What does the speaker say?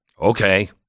Okay